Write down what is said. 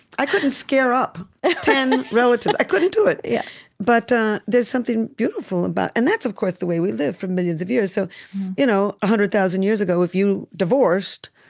i couldn't scare up ah ten relatives. i couldn't do it. yeah but there's something beautiful about and that's, of course, the way we lived for millions of years. so one you know hundred thousand years ago, if you divorced,